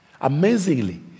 amazingly